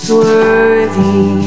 worthy